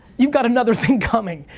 you've got another thing coming.